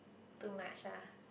too much ah